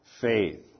faith